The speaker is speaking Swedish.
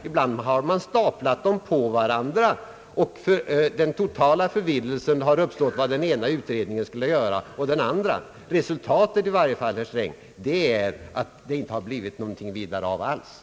Ibland har man staplat dem på varandra, och det har varit total förvirring om vad den ena och den andra utredningen skulle göra. Resultatet, herr Sträng, är att det inte blivit någonting vidare av det hela!